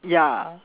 ya